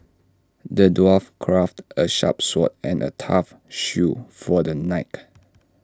the dwarf crafted A sharp sword and A tough shield for the knight